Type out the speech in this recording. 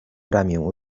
ramię